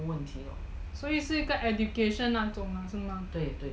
所以是一个 education 那种是吗